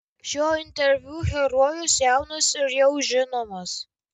šio interviu herojus jaunas ir jau žinomas